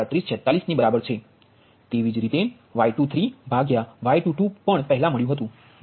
3846 ની બરાબર છે તેવી જ રીતે Y23Y22 પહેલાં મળ્યું હતુ 0